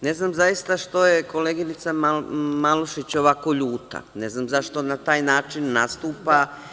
Ne znam zaista što je koleginica Malušić ovako ljuta, ne znam zašto na taj način nastupa.